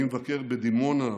אני מבקר בדימונה,